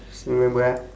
still remember ah